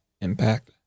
impact